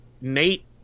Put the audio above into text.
nate